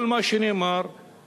כל מה שנאמר הוא